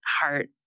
heart